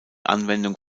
anwendung